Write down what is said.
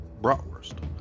bratwurst